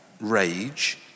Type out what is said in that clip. rage